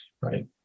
Right